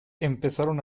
empezaron